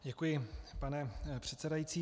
Děkuji, pane předsedající.